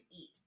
eat